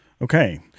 Okay